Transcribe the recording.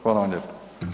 Hvala vam lijepo.